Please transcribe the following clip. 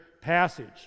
passage